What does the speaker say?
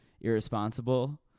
irresponsible